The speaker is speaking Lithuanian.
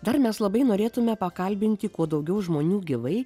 dar mes labai norėtume pakalbinti kuo daugiau žmonių gyvai